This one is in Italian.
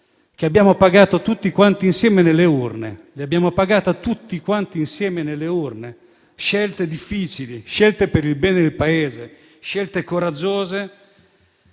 che abbiamo pagato tutti quanti insieme nelle urne. Quelle scelte difficili, per il bene del Paese, quelle scelte coraggiose